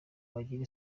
wagize